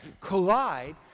collide